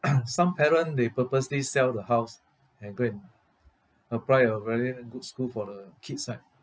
some parent they purposely sell the house and go and apply a very good school for the kids right